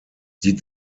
die